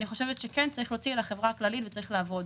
אני חושבת שכן צריך להוציא לחברה הכללית וצריך לעבוד,